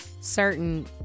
certain